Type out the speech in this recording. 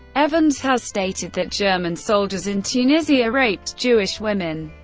evans has stated that german soldiers in tunisia raped jewish women,